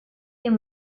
est